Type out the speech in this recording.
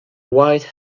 white